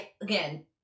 again